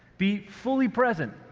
be fully present,